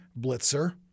blitzer